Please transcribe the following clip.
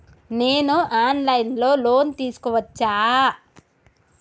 నేను online లో loan తీసుకోవచ్చా?